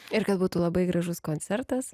ir kad būtų labai gražus koncertas